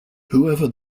whoever